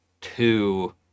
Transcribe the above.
two